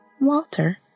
Walter